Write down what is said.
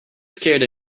scared